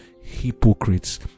hypocrites